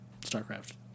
StarCraft